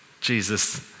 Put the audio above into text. Jesus